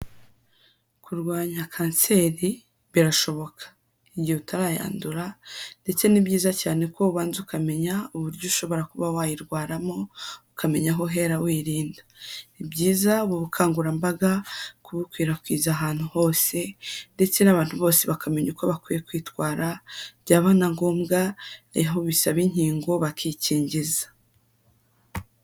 Kurwanya Kanseri birashoboka igihe utarayandura ndetse ni byiza cyane ko ubanza ukamenya uburyo ushobora kuba wayirwaramo ukamenya aho uhera wirinda, ni byiza ubu bukangurambaga kubukwirakwiza ahantu hose ndetse n'abantu bose bakamenya uko bakwiye kwitwara byaba na ngombwa aho bisaba inkingo bakikingiza.